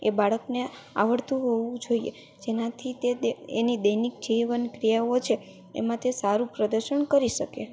એ બાળકને આવડતું હોવું જોઈએ જેનાથી એની દૈનિક જીવન ક્રિયાઓ છે એમાંથી સારું પ્રદર્શન કરી શકે